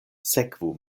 sekvu